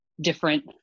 different